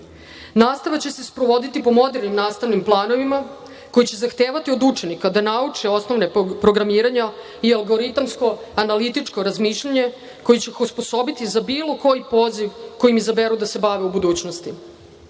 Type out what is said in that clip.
Nastava će se sprovoditi po modernim nastavnim planovima koji će zahtevati od učenika da nauče osnove programiranja i algoritamsko analitičko razmišljanje, koje će ih osposobiti za bilo koji poziv kojim izaberu da se bave u budućnosti. Jačanjem